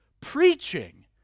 preaching